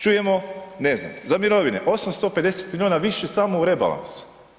Čujemo, ne znam, za mirovine 850 milijuna više samo u rebalansu.